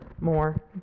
more